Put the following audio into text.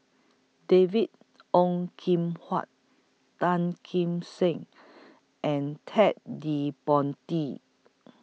David Ong Kim Huat Tan Kim Seng and Ted De Ponti